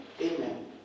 Amen